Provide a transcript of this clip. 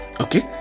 Okay